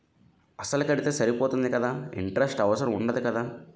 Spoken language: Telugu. అసలు కడితే సరిపోతుంది కదా ఇంటరెస్ట్ అవసరం ఉండదు కదా?